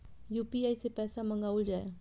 UPI सै पैसा मंगाउल जाय?